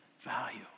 value